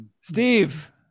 Steve